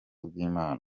bw’imana